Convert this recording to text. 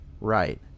Right